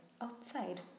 outside